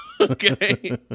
Okay